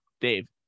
dave